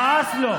ווליד,